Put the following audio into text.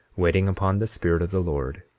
waiting upon the spirit of the lord.